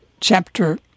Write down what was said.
chapter